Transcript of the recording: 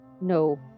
No